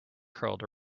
curled